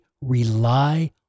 rely